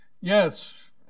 Yes